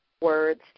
words